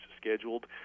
scheduled